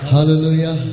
Hallelujah